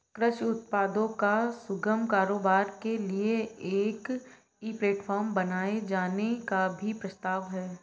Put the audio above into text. कृषि उत्पादों का सुगम कारोबार के लिए एक ई प्लेटफॉर्म बनाए जाने का भी प्रस्ताव है